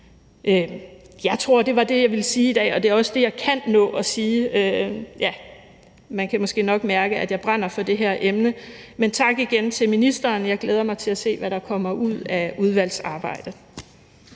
Jeg tror, det var det, jeg vil sige i dag, og det er også det, jeg kan nå at sige. Man kan måske nok mærke, at jeg brænder for det her emne. Men jeg vil igen sige tak til ministeren. Jeg glæder mig til at se, hvad der kommer ud af udvalgsarbejdet.